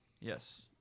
Yes